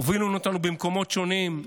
הם הובילו אותנו במקומות שונים,